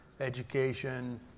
education